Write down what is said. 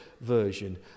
version